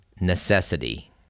necessity